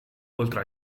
oltre